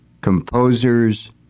Composers